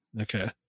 Okay